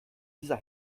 dieser